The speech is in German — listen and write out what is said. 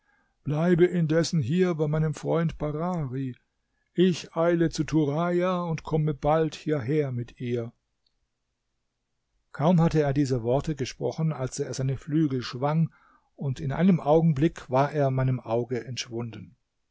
bleibe indessen hier bei meinem freund barari ich eile zu turaja und komme bald hierher mit ihr kaum hatte er diese worte gesprochen als er seine flügel schwang und in einem augenblick war er meinem auge entschwunden